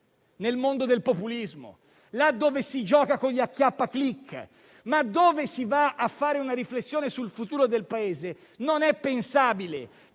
nel mondo del populismo, là dove si gioca con gli acchiappa *click*, ma dove si va a fare una riflessione sul futuro del Paese non è pensabile